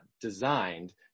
designed